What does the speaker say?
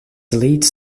leads